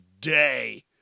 day